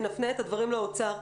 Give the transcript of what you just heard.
ונפנה את הדברים לאוצר,